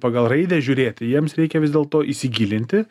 pagal raidę žiūrėti jiems reikia vis dėlto įsigilinti